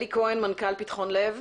אלי כהן מנכ"ל פתחון לב.